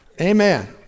Amen